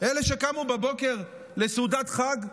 אלה שקמו בבוקר לסעודת חג,